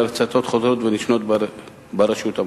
הצתות חוזרות ונשנות ברשות המקומית.